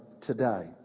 today